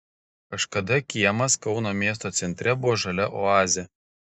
kažkada kiemas kauno miesto centre buvo žalia oazė